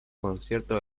concierto